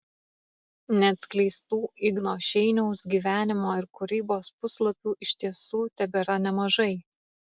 neatskleistų igno šeiniaus gyvenimo ir kūrybos puslapių iš tiesų tebėra nemažai